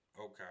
Okay